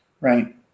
Right